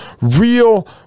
real